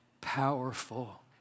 powerful